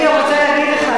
אני רוצה להגיד לך,